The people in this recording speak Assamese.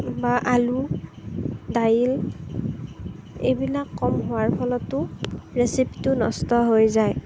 বা আলু দাইল এইবিলাক কম হোৱাৰ ফলতো ৰেচিপিটো নষ্ট হৈ যায়